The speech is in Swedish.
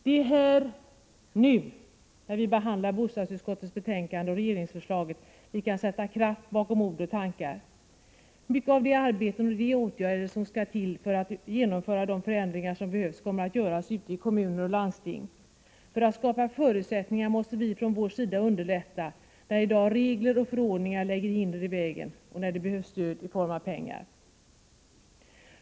Det är här, nu, när vi behandlar bostadsutskottets betänkande och regeringsförslaget, som vi kan sätta kraft bakom ord och tankar. Mycket av det arbete och de åtgärder som skall till för att genomföra de förändringar som behövs kommer att göras ute i kommuner och landsting. För att skapa förutsättningar måste vi från vår sida underlätta när i dag regler och förordningar lägger hinder i vägen och när det behövs stöd i form av pengar.